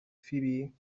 فیبی